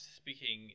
speaking